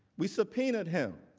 we subpoenaed him.